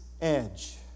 edge